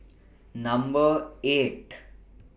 Number eight